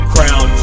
Crown